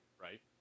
Right